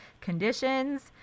conditions